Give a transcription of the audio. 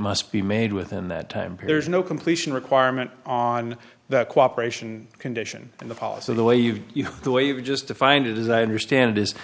must be made within that time here is no completion requirement on the cooperation condition and the policy the way you go the way you just defined it as i understand it is